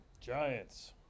Giants